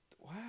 Wow